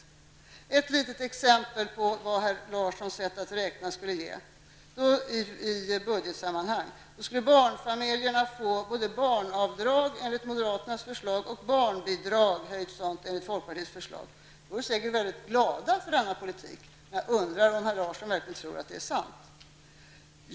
Jag vill age ett litet exempel på vad herr Larssons sätt att räkna skulle ge i budgetsammanhang. Då skulle barnfamiljerna få både barnavdrag enligt moderaternas förslag och barnbidrag enligt folkpartiets förslag. De skulle säkert vara glada för denna politik, men jag undrar om herr Larsson verkligen tror att det är sant.